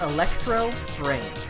Electro-Brain